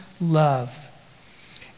love